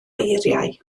eiriau